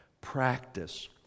Practice